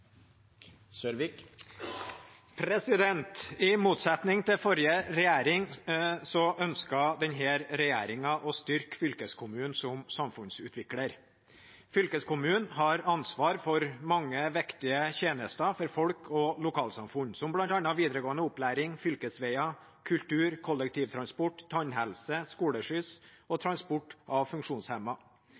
I motsetning til forrige regjering ønsker denne regjeringen å styrke fylkeskommunen som samfunnsutvikler. Fylkeskommunen har ansvar for mange viktige tjenester for folk og lokalsamfunn, som bl.a. videregående opplæring, fylkesveier, kultur, kollektiv transport, tannhelse, skoleskyss og transport av